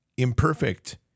imperfect